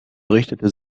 richtete